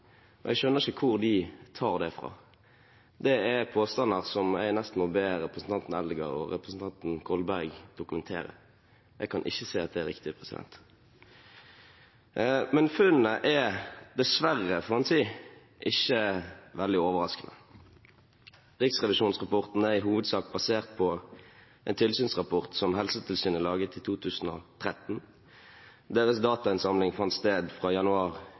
og jeg skjønner ikke hvor de tar det fra. Det er påstander som jeg nesten må be representanten Eldegard og representanten Kolberg dokumentere. Jeg kan ikke se at det er riktig. Men funnene er – dessverre, får en si – ikke veldig overraskende. Riksrevisjonsrapporten er i hovedsak basert på en tilsynsrapport som Helsetilsynet laget i 2013. Deres datainnsamling fant sted fra januar